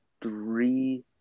three